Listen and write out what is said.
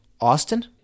Austin